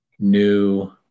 new